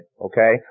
okay